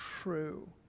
true